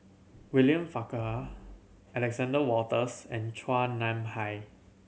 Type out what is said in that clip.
William Farquhar Alexander Wolters and Chua Nam Hai